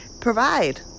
provide